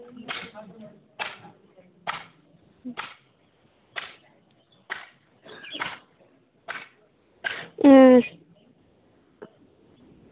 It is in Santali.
ᱩᱸᱻ